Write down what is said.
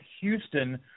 Houston